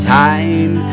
time